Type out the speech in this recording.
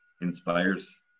inspires